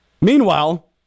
Meanwhile